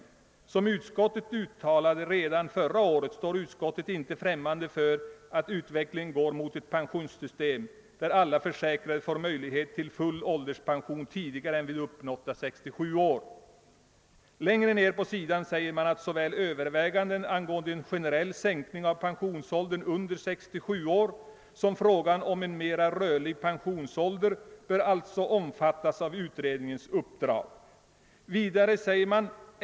Som utskottet uttalade redan förra året står utskottet inte främmande för att utvecklingen går mot ett pensionssystem där alla försäkrade får möjlighet till full ålderspension tidigare än vid uppnådda 67 år.» Litet längre ned på samma sida skriver utskottet: »Såväl överväganden angående en generell sänkning av pensionsåldern under 67 år som frågan om en mera rörlig pensionsålder bör alltså omfattas av utredningens uppdrag.